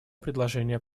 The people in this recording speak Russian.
предложение